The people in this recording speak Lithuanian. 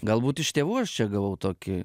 galbūt iš tėvų aš čia gavau tokį